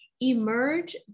Emerge